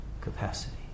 capacity